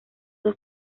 dos